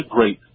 Great